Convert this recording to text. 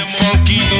funky